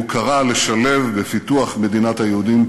הוא קרא לשלב בפיתוח מדינת היהודים,